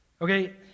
Okay